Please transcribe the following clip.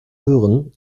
hören